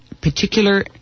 particular